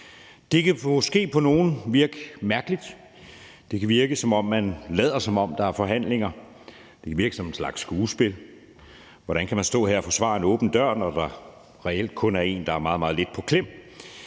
Det kan måske på nogle virke mærkeligt; det kan virke, som om man lader, som om der er forhandlinger; det kan virke som et slags skuespil – hvordan kan man stå her og forsvare en åben dør, når der reelt kun er en, der er meget, meget lidt på klem?